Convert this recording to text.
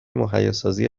مهیاسازی